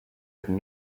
selten